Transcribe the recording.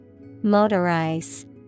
Motorize